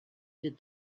did